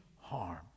harm